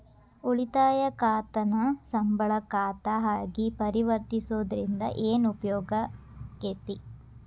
ಉಳಿತಾಯ ಖಾತಾನ ಸಂಬಳ ಖಾತಾ ಆಗಿ ಪರಿವರ್ತಿಸೊದ್ರಿಂದಾ ಏನ ಉಪಯೋಗಾಕ್ಕೇತಿ?